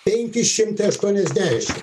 penki šimtai aštuoniasdešim